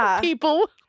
people